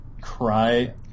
cry